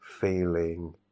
feeling